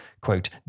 quote